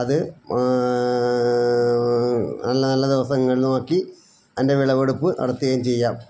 അത് നല്ല നല്ല ദിവസങ്ങൾ നോക്കി അതിൻ്റെ വിളവെടുപ്പ് നടത്തുകയും ചെയ്യാം